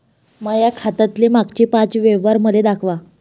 माया खात्यातले मागचे पाच व्यवहार मले दाखवा